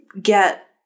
get